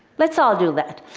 let's all do that.